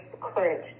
current